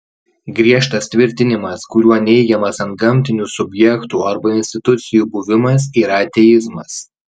griežtas tvirtinimas kuriuo neigiamas antgamtinių subjektų arba institucijų buvimas yra ateizmas